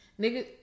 nigga